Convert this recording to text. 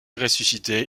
ressuscité